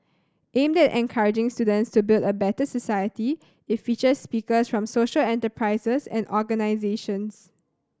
aimed at encouraging students to build a better society it features speakers from social enterprises and organisations